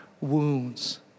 wounds